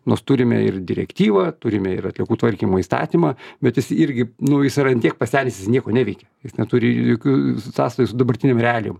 nos turime ir direktyvą turime ir atliekų tvarkymo įstatymą bet jis irgi nu jis yra an tiek pasenęs jis nieko neveikia jis neturi jokių sąsajų su dabartinėm realijom